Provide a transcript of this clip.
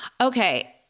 Okay